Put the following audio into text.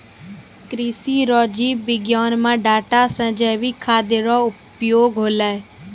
कृषि आरु जीव विज्ञान मे डाटा से जैविक खाद्य रो उपयोग होलै